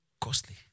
costly